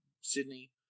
Sydney